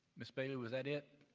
ms. bailey, was that it?